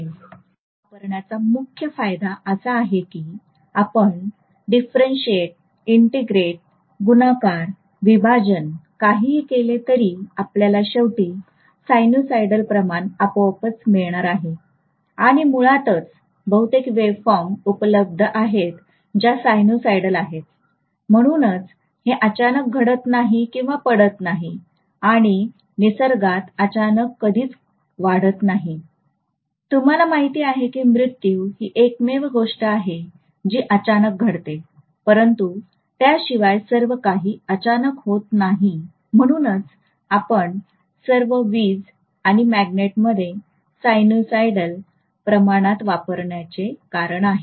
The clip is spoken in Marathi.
साइनसॉइडल वापरण्याचा मुख्य फायदा असा आहे की आपण डिफरेन्टशीट करत आहे कि नाही आपण इंटिग्रेट करत आहे कि नाही आपण गुणाकार करत आहे कि नाही विभाजन करत आहे कि नाही आपल्याला शेवटी साइनसॉइडल प्रमाण आपोआपच मिळणार आहे आणि मुळातच बहुतेक वेव्ह फॉर्म उपलब्ध आहेत ज्या सायनुसायडल आहेत म्हणूनच हे अचानक घडत नाही किंवा पडत नाही आणि निसर्गात अचानक काहीच वाढत नाही खरोखरच तुम्हाला माहिती आहे की मृत्यू ही एकमेव गोष्ट आहे जी अचानक घडते परंतु त्याशिवाय सर्व काही अचानक होत नाही म्हणूनच आपण सर्व वीज आणि मॅग्नेटमध्ये साइनसॉइडल प्रमाणात वापरण्याचे कारण आहे